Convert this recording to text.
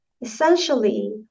Essentially